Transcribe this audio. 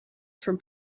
from